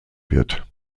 wird